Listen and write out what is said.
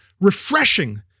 refreshing